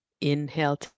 Inhale